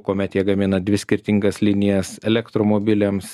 kuomet jie gamina dvi skirtingas linijas elektromobiliams